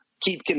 keep